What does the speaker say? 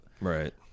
Right